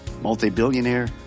Multi-billionaire